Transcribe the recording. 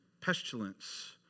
pestilence